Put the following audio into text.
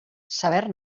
saber